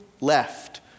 left